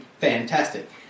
fantastic